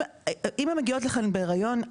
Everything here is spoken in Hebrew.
אם הן מגיעות לכאן בהריון,